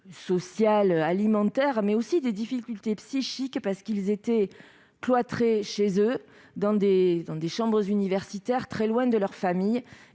sociales et alimentaires, mais aussi psychiques, parce qu'ils étaient cloîtrés chez eux, dans des chambres universitaires, très loin de leur famille